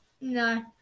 No